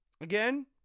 again